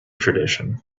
tradition